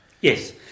Yes